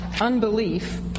unbelief